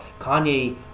Kanye